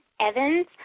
Evans